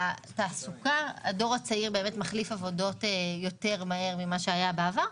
הדור הצעיר מחליף עבודות יותר ממה שהיה בעבר,